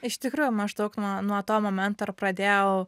iš tikrųjų maždaug nuo nuo to momento ir pradėjau